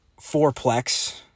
fourplex